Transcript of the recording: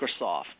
Microsoft